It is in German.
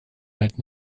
halt